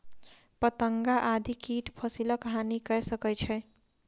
पतंगा आदि कीट फसिलक हानि कय सकै छै